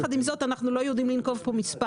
יחד עם זאת, אנחנו לא יודעים לנקוב כאן במספר.